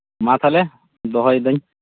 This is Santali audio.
ᱢᱟ ᱛᱟᱦᱞᱮ ᱫᱚᱦᱚᱭ ᱮᱫᱟᱹᱧ